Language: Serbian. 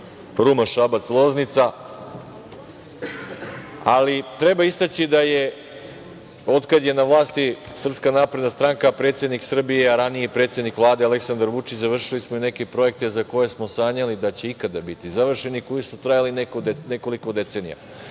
Ruma-Šabac-Loznica, ali treba istaći da je, od kad je na vlasti SNS, predsednik Srbije, a raniji predsednik Vlade, Aleksandar Vučić, završili smo neke projekte za koje smo sanjali da će ikad biti završeni, koji su trajali nekoliko decenija. Pre